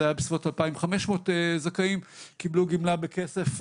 זה היה בסביבות 2,500 זכאים קיבלו גמלה בכסף,